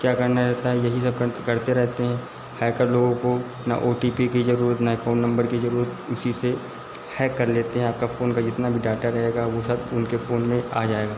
क्या करना रहता है यही सब करते रहते हैं हैकर लोगों को न ओ टी पी की ज़रुरत न एकाउन्ट नंबर की ज़रुरत उसी से हैक कर लेते हैं आपका फ़ोन का जितना भी डाटा रहेगा वह सब उनके फ़ोन में आ जाएगा